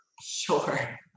Sure